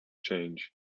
change